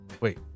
Wait